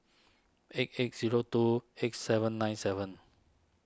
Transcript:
eight eight zero two eight seven nine seven